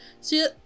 see